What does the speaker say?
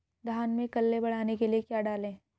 धान में कल्ले बढ़ाने के लिए क्या डालें?